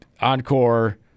Encore